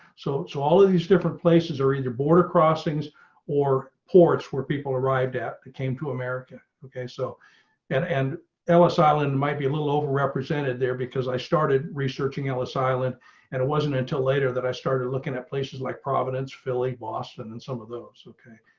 so, so all of these different places are either border crossings or ports where people arrived at that came to america. okay, so and and ellis island might be a little over represented there because i started researching ellis island. mark arslan and it wasn't until later that i started looking at places like providence philly boston and some of those. okay,